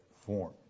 form